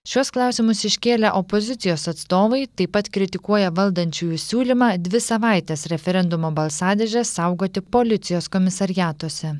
šiuos klausimus iškėlę opozicijos atstovai taip pat kritikuoja valdančiųjų siūlymą dvi savaites referendumo balsadėžes saugoti policijos komisariatuose